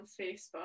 Facebook